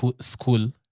school